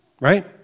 right